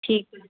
ठीकु आहे